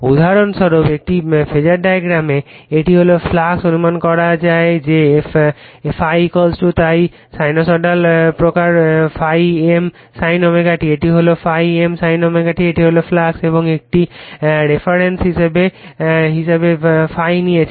উদাহরণস্বরূপ একটি ফেজার ডায়াগ্রামে এটি হল ফ্লাক্স অনুমান করবে যে ∅ তাই সাইনোসয়েডাল প্রকরণ ∅ M sin ω t এটি হল ∅ M sin ω t এটি হল ফ্লাক্স এবং একটি রেফারেন্স হিসাবে ∅ নিচ্ছে